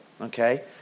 Okay